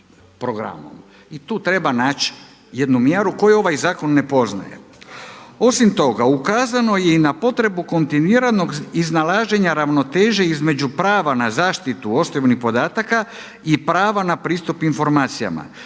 I tu treba naći jednu mjeru koju ovaj zakon ne poznaje. Osim toga ukazano je i na potrebu kontinuiranog iznalaženja ravnoteže između prava na zaštitu osobnih podataka i prava na pristup informacijama.